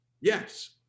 Yes